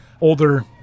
older